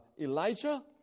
Elijah